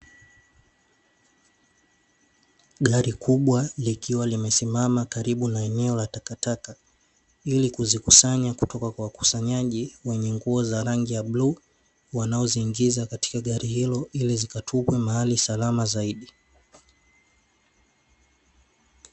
Gari kubwa likiwa limesimama karibu na eneo la takataka ili kuzikusanya kutoka kwa wakusanyaji wenye nguo za rangi ya bluu wanaoziingiza katika gari hilo ili zikatupwe mahali salama zaidi.